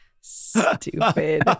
Stupid